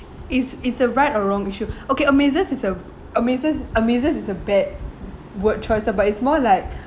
it's it's a right or wrong issue okay amazes is aamazes amazes is a bad word choice lah but it's more like